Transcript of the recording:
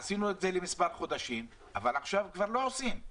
עשינו את זה למספר חודשים אבל עכשיו כבר לא עושים.